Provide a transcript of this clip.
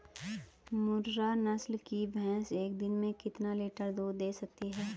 मुर्रा नस्ल की भैंस एक दिन में कितना लीटर दूध दें सकती है?